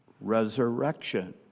resurrection